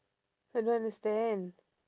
I don't understand